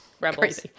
Rebels